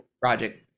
project